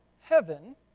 heaven